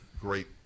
great